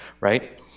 right